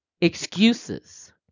excuses